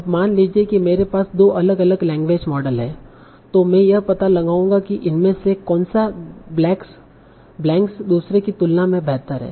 अब मान लें कि मेरे पास दो अलग अलग लैंग्वेज मॉडल हैं तो मैं यह पता लगाऊंगा कि इनमें से कौनसा ब्लेंक्स दुसरे की तुलना में बेहतर है